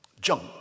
Junk